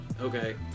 Okay